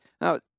Now